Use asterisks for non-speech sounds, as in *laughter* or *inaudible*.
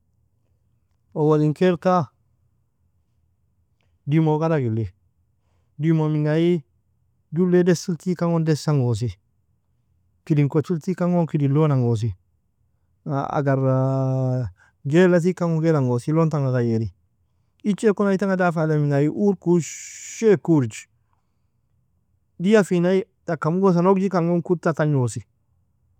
Awolin kailka, dimo galg ilin, dimo minga aie? Jullei dess il tigkan gon dess angosi, kidin kochil tigkan gon kidin lonangosi, agar *hesitation* gaila tigkan kon gail angosi, lon tanga ghairi. Ichai kon ay tanga dafaa lei menga aie? Uor kushi ek uorgi, deia finai tak mogosa nogjikan gon kuta tagnosi.